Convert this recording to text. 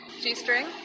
G-string